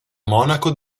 monaco